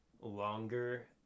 longer